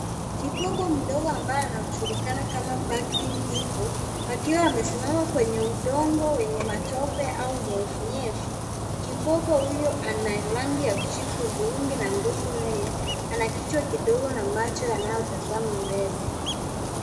Kiboko mdogo ambaye anaojulikana kama Buckling hippo akiwa amesimama kwenye udongo wenye matope au unyevunyevu. Kiboko huyo ana rangi ya kijivu-hudhurungi na ngozi nene. Ana kichwa kidogo na macho yanayotazama mbele.